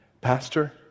pastor